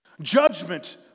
Judgment